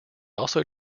also